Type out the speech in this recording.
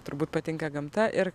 turbūt patinka gamta ir